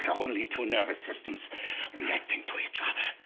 only two nervous systems reacting to each other.